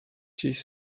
dziś